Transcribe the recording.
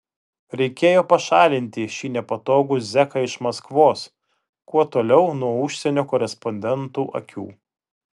reikėjo pašalinti šį nepatogų zeką iš maskvos kuo toliau nuo užsienio korespondentų akių